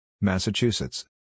Massachusetts